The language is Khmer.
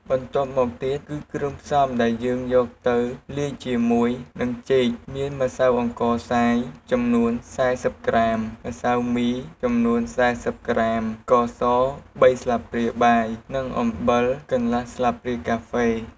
បន្ទាប់មកទៀតគឺគ្រឿងផ្សំដែលយើងយកទៅលាយជាមួយនឹងចេកមាន ម្សៅអង្ករខ្សាយចំនួន៤០ក្រាម ម្សៅឆាចំនួន៤០ក្រាម ស្ករស៣ស្លាបព្រាបាយ និងអំបិលកន្លះស្លាបព្រាកាហ្វេ។